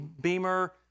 Beamer